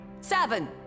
Seven